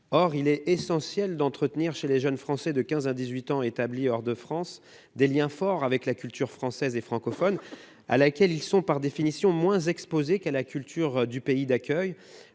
Or, il est essentiel d'entretenir chez les jeunes Français de 15 à 18 ans établis hors de France des liens forts avec la culture française et francophone, à laquelle ils sont, par définition, moins exposés qu'à la culture du pays d'accueil.